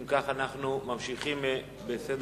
אם כך, אנחנו ממשיכים בסדר-היום.